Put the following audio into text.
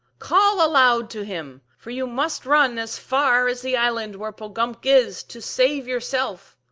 call aloud to him, for you must run as far as the island where po gumk is, to save yourself!